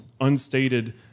unstated